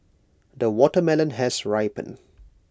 the watermelon has ripen